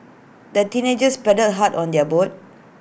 the teenagers paddled hard on their boat